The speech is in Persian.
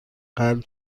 قلب